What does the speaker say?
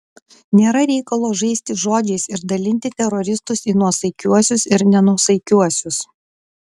nėra reikalo žaisti žodžiais ir dalinti teroristus į nuosaikiuosius ir nenuosaikiuosius